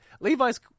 Levi's